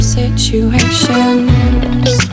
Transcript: situations